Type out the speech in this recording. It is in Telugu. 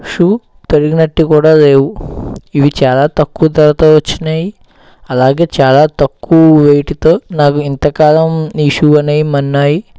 షూ తొడిగినట్టు కూడా లేవు ఇవి చాలా తక్కువ ధరతో వచ్చినాయి అలాగే చాలా తక్కువ వెయిట్తో నాకు ఇంతకాలం ఈ షూ అనేవి మన్నిన్నాయి